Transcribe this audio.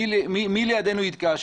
מי לידינו יתקע,